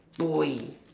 boy